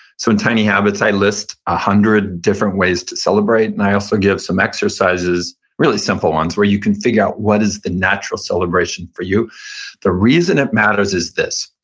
so in tiny habits, i list one ah hundred different ways to celebrate, and i also give some exercises, really simple ones, where you can figure out what is the natural celebration for you the reason it matters is this.